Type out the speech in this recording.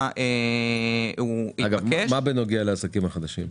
מה בנוגע לעסקים החדשים?